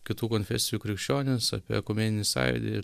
kitų konfesijų krikščionis apie ekumeninį sąjūdį